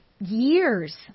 years